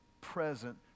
present